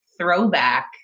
throwback